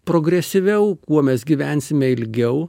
progresyviau kuo mes gyvensime ilgiau